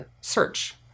search